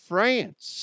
France